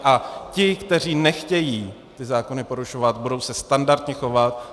A ti, kteří nechtějí ty zákony porušovat, budou se standardně chovat.